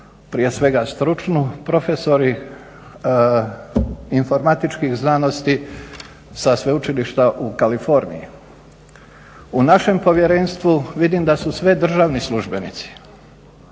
prije svega stručnu profesori informatičkih znanosti sa Sveučilišta u Kaliforniji. U našem povjerenstvu vidim da su sve državni službenici.